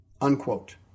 unquote